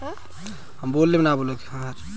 तिलहन के खेती मे पोटास कितना पड़ी?